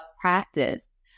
practice